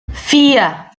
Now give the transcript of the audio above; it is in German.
vier